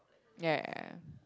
ya